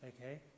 Okay